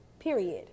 period